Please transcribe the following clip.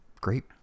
great